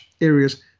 areas